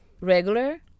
regular